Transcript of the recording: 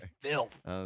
filth